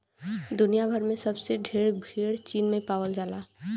दुनिया भर में सबसे ढेर भेड़ चीन में पावल जाला